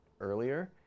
earlier